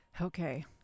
Okay